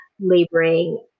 laboring